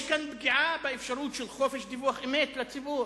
יש כאן פגיעה באפשרות של חופש דיווח אמת לציבור.